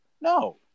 No